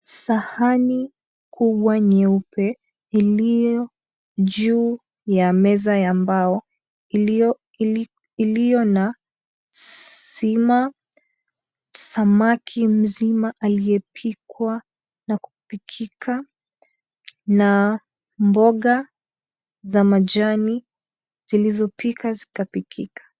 Sahani kubwa nyeupe iliyo juu ya meza ya mbao iliyo na sima, samaki mzima aliyepikwa na kupikika, na mboga za majani zilizopika zikapikika.